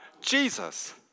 Jesus